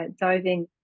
diving